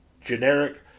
generic